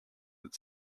that